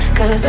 Cause